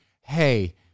hey